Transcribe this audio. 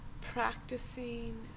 Practicing